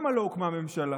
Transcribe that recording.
למה לא הוקמה ממשלה?